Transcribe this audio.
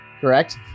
Correct